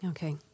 Okay